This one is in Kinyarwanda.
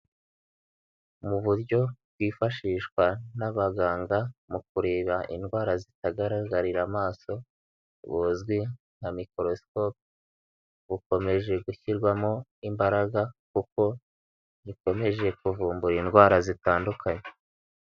Mu buryo bwifashishwa n'abaganga mu kureba indwara zitagaragarira amaso buzwi nka mikorosikope, bukomeje gushyirwamo imbaraga kuko ikomeje kuvumbura indwara zitandukanye.